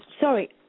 Sorry